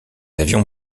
avions